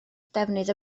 defnydd